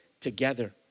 together